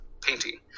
painting